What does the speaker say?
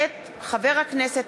מאת חבר הכנסת